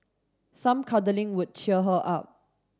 some cuddling would cheer her up